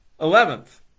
Eleventh